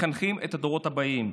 מחנכים את הדורות הבאים.